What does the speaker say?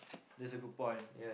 that's a good point